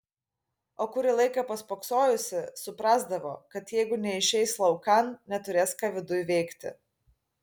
o kurį laiką paspoksojusi suprasdavo kad jeigu neišeis laukan neturės ką viduj veikti